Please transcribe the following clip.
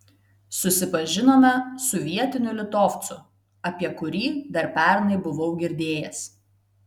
susipažinome su vietiniu litovcu apie kurį dar pernai buvau girdėjęs